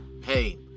Hey